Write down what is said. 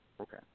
Okay